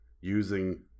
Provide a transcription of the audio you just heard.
Using